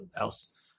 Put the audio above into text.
else